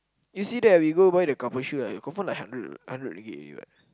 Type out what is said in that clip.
you see that we go buy the couple shoe like confirm like hundred hundred ringgit already what